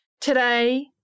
Today